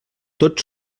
tots